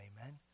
amen